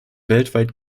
weltweit